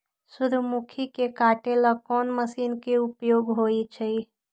सूर्यमुखी के काटे ला कोंन मशीन के उपयोग होई छइ?